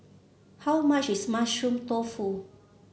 how much is Mushroom Tofu